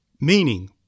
meaning